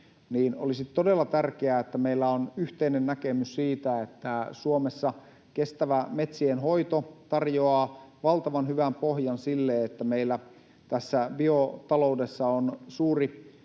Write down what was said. Olisi todella tärkeää, että meillä on yhteinen näkemys siitä, että Suomessa kestävä metsienhoito tarjoaa valtavan hyvän pohjan sille, että meillä tässä biotaloudessa on suuri